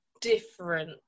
different